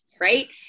Right